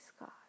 God